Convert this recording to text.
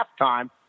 halftime